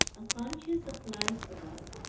a consciousness of life about.